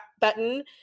button